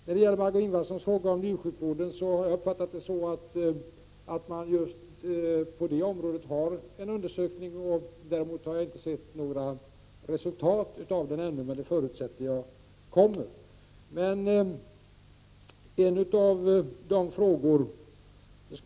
När det gäller Margö Ingvardssons fråga om njursjukvården har jag uppfattat saken på det sättet att man just på detta område har en undersökning. Däremot har jag inte sett några resultat av den ännu, men jag förutsätter att 25 sådana kommer.